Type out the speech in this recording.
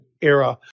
era